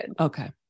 Okay